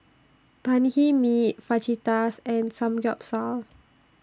Banh MI Fajitas and Samgeyopsal